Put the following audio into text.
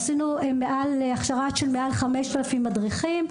עשינו הכשרה של מעל 5,000 מדריכים.